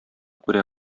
күрә